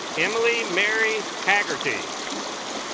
emily mary haggerty